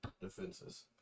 defenses